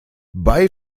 bei